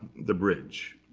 the bridge.